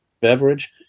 beverage